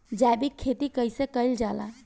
जैविक खेती कईसे कईल जाला?